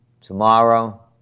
Tomorrow